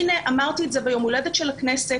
הינה אמרתי את זה ביום ההולדת של הכנסת.